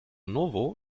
novo